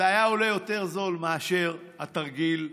זה היה יותר זול מאשר התרגיל הזה,